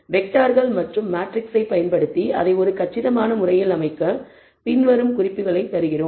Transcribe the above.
வெக்டார்கள் மற்றும் மெட்ரிக்ஸைப் பயன்படுத்தி அதை ஒரு கச்சிதமான முறையில் அமைக்க பின்வரும் குறிப்புகளைக் தருகிறோம்